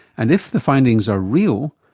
and if the findings are real,